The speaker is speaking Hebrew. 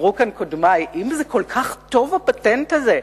אמרו כאן קודמי, אם זה כל כך טוב הפטנט הזה,